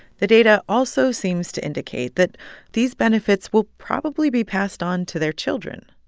the data also seems to indicate that these benefits will probably be passed on to their children.